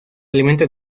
alimenta